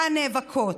הנאבקות,